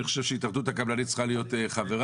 אני חושב שהתאחדות הקבלנים צריכה להיות חברה